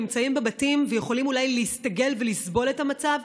נמצאים בבתים ואולי יכולים להסתגל ולסבול את המצב,